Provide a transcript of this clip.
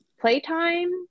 playtime